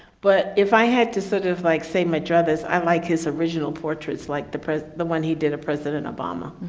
but if i had to sort of like say my druthers, i like his original portraits like the the one he did of president obama. i